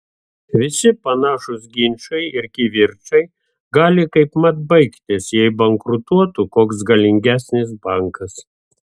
visi panašūs ginčai ir kivirčai gali kaipmat baigtis jei bankrutuotų koks galingesnis bankas